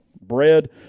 bread